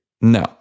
No